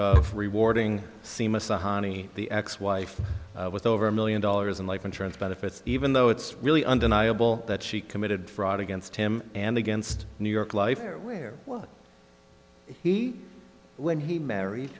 of rewarding sima sonnie the ex wife with over a million dollars in life insurance benefits even though it's really undeniable that she committed fraud against him and against new york life where was he when he marrie